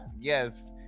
Yes